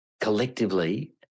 collectively